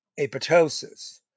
apoptosis